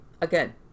again